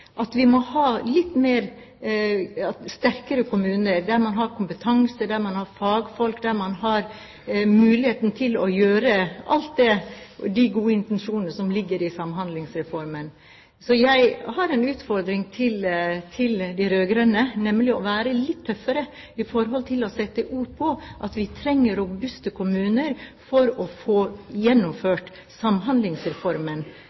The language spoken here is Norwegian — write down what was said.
at vi må ha sterkere kommuner der man har kompetanse, der man har fagfolk, der man har muligheten til å sette i verk alle de gode intensjonene som ligger i Samhandlingsreformen. Så jeg har en utfordring til de rød-grønne, nemlig å være litt tøffere når det gjelder å sette ord på at vi trenger robuste kommuner for å få